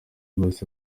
bahise